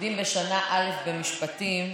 שלומדים בשנה א' במשפטים.